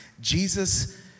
Jesus